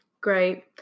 Great